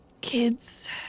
Kids